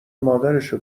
مادرشو